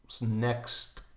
next